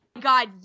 God